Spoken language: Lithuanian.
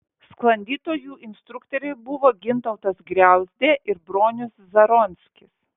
sklandytojų instruktoriai buvo gintautas griauzdė ir bronius zaronskis